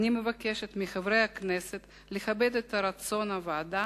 אני מבקשת מחברי הכנסת לכבד את רצון הוועדה